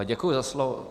Děkuji za slovo.